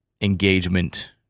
engagement